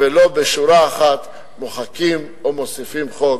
ולא בשורה אחת מוחקים או מוסיפים חוק.